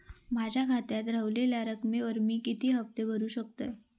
माझ्या खात्यात रव्हलेल्या रकमेवर मी किती हफ्ते भरू शकतय?